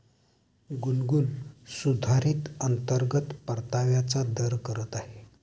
गुनगुन सुधारित अंतर्गत परताव्याचा दर करत आहे